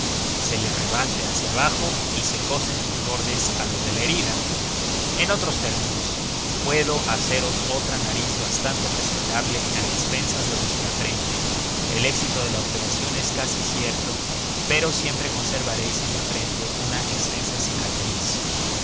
se le rebate hacia abajo y se cosen sus bordes a los de la herida en otros términos puedo haceros otra nariz bastante presentable a expensas de vuestra frente el éxito de la operación es casi cierto pero siempre conservaréis en la frente una extensa cicatriz